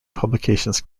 publications